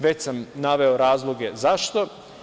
Već sam naveo razloge zašto.